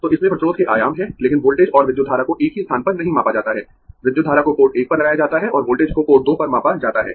तो इसमें प्रतिरोध के आयाम है लेकिन वोल्टेज और विद्युत धारा को एक ही स्थान पर नहीं मापा जाता है विद्युत धारा को पोर्ट 1 पर लगाया जाता है और वोल्टेज को पोर्ट 2 पर मापा जाता है